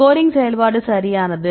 scoring செயல்பாடு சரியானது